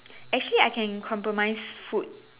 actually I can compromise food